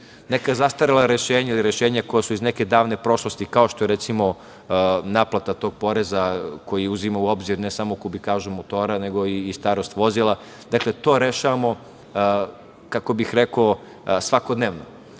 neka zastarela rešenja ili rešenja koja su iz neke davne prošlosti, kao što je, recimo, naplata tog poreza koji je uzimao u obzir ne samo kubikažu motora, nego i starost vozila, dakle to rešavamo, kako bih rekao, svakodnevno. Drago